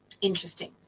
Interesting